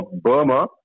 Burma